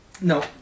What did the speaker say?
No